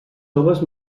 homes